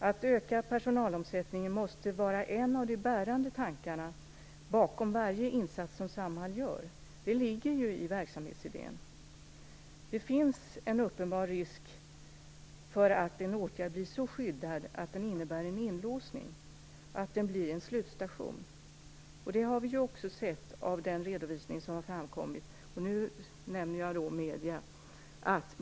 Att öka personalomsättningen måste vara en av de bärande tankarna bakom varje insats som Samhall gör. Det ligger ju i verksamhetsidén. Det finns en uppenbar risk för att en åtgärd blir så skyddad att den innebär en inlåsning - att den blir en slutstation. Det har vi också sett i den redovisning som har framkommit i medierna.